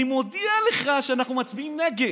אני מודיע לך שאנחנו מצביעים נגד.